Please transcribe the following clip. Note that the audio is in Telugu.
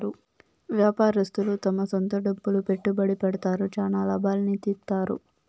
వ్యాపారస్తులు తమ సొంత డబ్బులు పెట్టుబడి పెడతారు, చానా లాభాల్ని తీత్తారు